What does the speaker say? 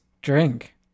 drink